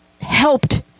helped